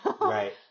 Right